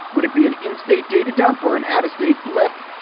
would it be an instate data dump or an out-of-state blip?